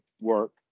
work